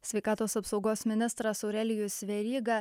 sveikatos apsaugos ministras aurelijus veryga